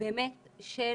באמת של